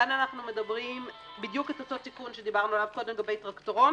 כאן אנחנו מדברים בדיוק אותו תיקון שדיברנו עליו קודם לגבי טרקטורון,